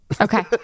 Okay